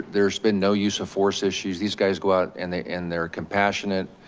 there's been no use of force issues, these guys go out and they and they're compassionate.